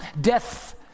death